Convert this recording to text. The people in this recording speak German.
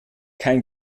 kein